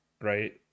right